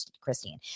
Christine